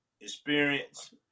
experience